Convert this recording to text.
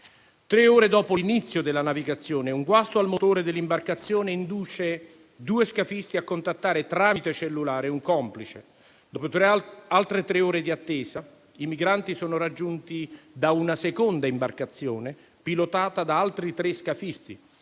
Tre ore dopo l'inizio della navigazione, un guasto al motore dell'imbarcazione induce due scafisti a contattare, tramite cellulare, un complice e, dopo altre tre ore di attesa, i migranti sono raggiunti da una seconda imbarcazione pilotata da altri tre scafisti.